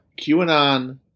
QAnon